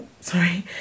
sorry